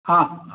ହଁ ହଁ